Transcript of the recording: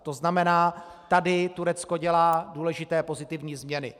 To znamená, tady Turecko dělá důležité pozitivní změny.